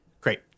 Great